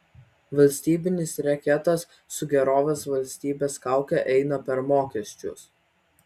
valstybinis reketas su gerovės valstybės kauke eina per mokesčius